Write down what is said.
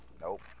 nope